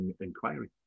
inquiry